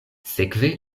sekve